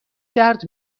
درد